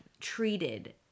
treated